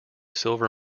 silver